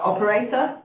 Operator